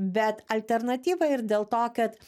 bet alternatyva ir dėl to kad